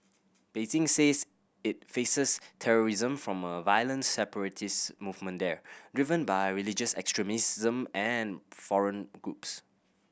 Beijing says it faces terrorism from a violent separatist movement there driven by religious extremism and foreign groups